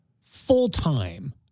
full-time